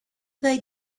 they